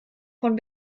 von